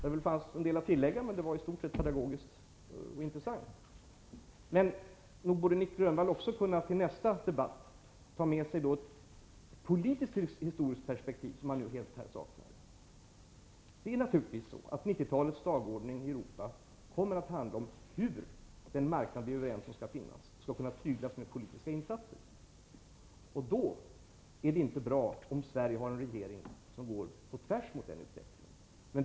Det fanns väl en del att tillägga, men det var i stort sett pedagogiskt och intressant. Men nog borde Nic Grönvall till nästa debatt också kunna ta med ett politisk-historiskt perspektiv som hans anförande här saknade. 1990-talets dagordning i Europa kommer naturligtvis att handla om hur den marknad som, enligt vad vi är överens om skall finnas, skall kunna tyglas med politiska insatser. Då är det inte bra om Sverige har en regering som går på tvärs mot den utvecklingen.